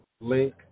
link